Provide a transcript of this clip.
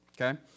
Okay